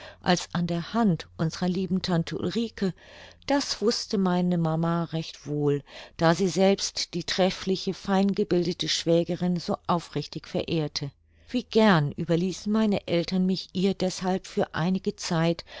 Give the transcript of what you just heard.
als an der hand unsrer lieben tante ulrike das wußte meine mama recht wohl da sie selbst die treffliche feingebildete schwägerin so aufrichtig verehrte wie gern überließen meine eltern mich ihr deshalb für einige zeit